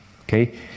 Okay